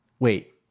Wait